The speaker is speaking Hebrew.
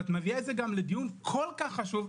ואת מביאה את זה לדיון כל כך חשוב.